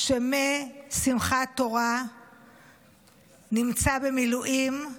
שמשמחת תורה נמצא במילואים,